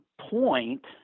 point